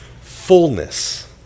fullness